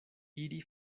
iri